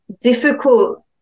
difficult